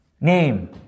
Name